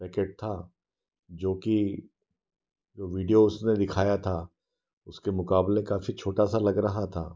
packet था जो कि वीडियोज में दिखाया था उसके मुकाबले काफी छोटा सा लग रहा था